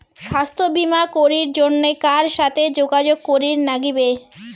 স্বাস্থ্য বিমা করির জন্যে কার সাথে যোগাযোগ করির নাগিবে?